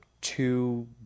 two